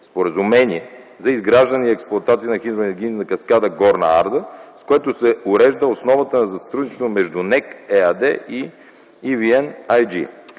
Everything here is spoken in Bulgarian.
споразумение за изграждане и експлоатация на хидроенергийната каскада „Горна Арда”, с което се урежда основата на сътрудничество между „НЕК” ЕАД и „ЕВН Ай Джи”.